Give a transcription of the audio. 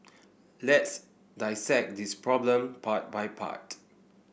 let's dissect this problem part by part